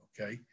okay